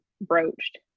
broached